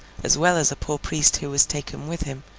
as well as a poor priest who was taken with him,